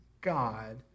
God